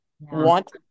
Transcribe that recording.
want